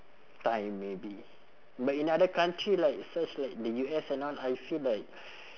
time maybe but in other country like such like the U_S and all I feel like